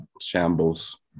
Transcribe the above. Shambles